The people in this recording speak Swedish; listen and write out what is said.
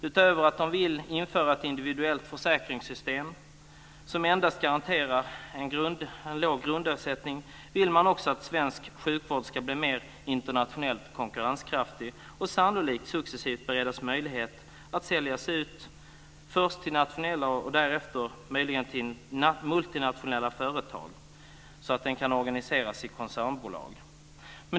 Utöver att man vill införa ett individuellt försäkringssystem, som endast garanterar en låg grundersättning, vill man att svensk sjukvård internationellt ska bli mer konkurrenskraftig och sannolikt successivt beredas möjlighet att säljas ut först till nationella och därefter möjligen till multinationella företag så att den kan organiseras i koncernbolag.